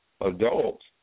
adults